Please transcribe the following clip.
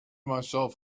myself